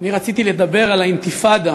אני רציתי לדבר על האינתיפאדה.